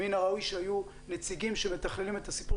מן הראוי שהיו נציגים שמתכללים את הסיפור